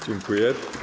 Dziękuję.